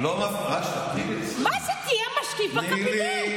מה זה תהיה משקיף בקבינט?